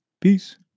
Peace